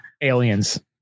Aliens